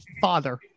father